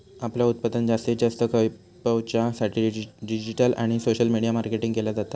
आपला उत्पादन जास्तीत जास्त खपवच्या साठी डिजिटल आणि सोशल मीडिया मार्केटिंग केला जाता